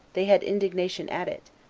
they had indignation at it,